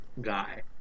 Guy